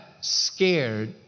scared